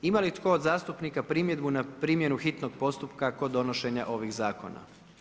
Ima li tko od zastupnika primjedbu na primjenu hitnog postupka kod donošenja ovih zakona?